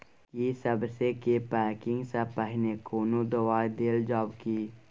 की सबसे के पैकिंग स पहिने कोनो दबाई देल जाव की?